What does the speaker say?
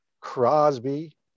crosby